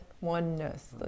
Oneness